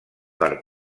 per